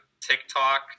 TikTok